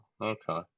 okay